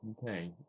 Okay